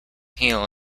heel